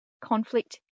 Conflict